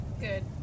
Good